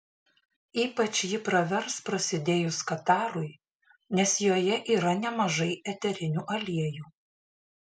ypač ji pravers prasidėjus katarui nes joje yra nemažai eterinių aliejų